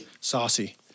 Saucy